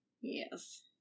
Yes